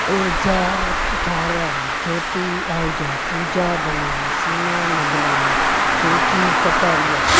Pooja Tharwani Jyoti Ahuja Pooja Dhanwani Seema Madnani Pinky Kataria